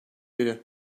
biri